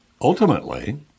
Ultimately